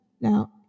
Now